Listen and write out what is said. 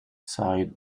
side